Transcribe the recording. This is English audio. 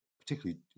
particularly